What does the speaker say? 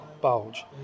bulge